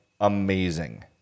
amazing